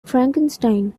frankenstein